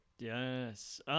Yes